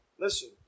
Listen